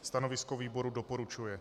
Stanovisko výboru doporučuje.